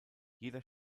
jeder